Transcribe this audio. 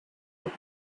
book